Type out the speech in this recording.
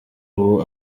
ubu